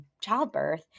childbirth